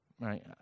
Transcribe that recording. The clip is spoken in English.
right